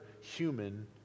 human